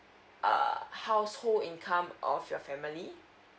err household income of your family